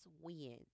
win